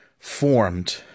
formed